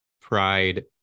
pride